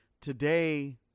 Today